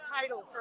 title